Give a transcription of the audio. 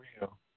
real